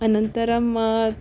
अनन्तरम्